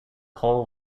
hole